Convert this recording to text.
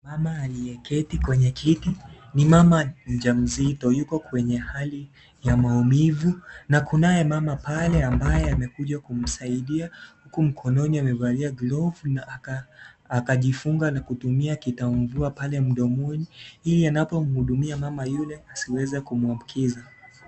Mama aliyeketi kwenye kiti, ni mama mjamzito, yuko kwenye hali ya maumivu, na kunaye mama pale ambaye amekuja kumsaidia, huku mkononi amevalia (cs)glove(cs), na aka, akajifunga na kutumia kitaumbua pale mdomoni, ili anapo mhudumia mama yule asiweze kumuambukiza.